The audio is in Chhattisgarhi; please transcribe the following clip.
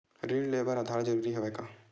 ऋण ले बर आधार जरूरी हवय का?